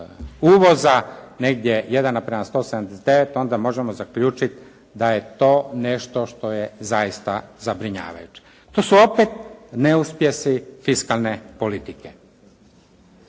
uvoza negdje 1:179, pa onda možemo zaključiti da je to nešto što je zaista zabrinjavajuće. To su opet neuspjesi fiskalne politike.